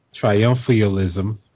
triumphalism